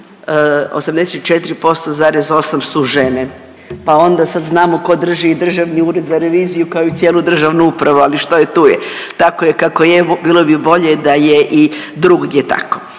80,4, 84,8% su žene, pa onda sad znamo ko drži i Državni ured za reviziju, kao i cijelu državnu upravu, ali što je tu je, tako je kako je, bilo bi bolje da je i drugdje tako.